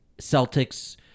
Celtics